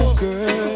girl